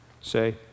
say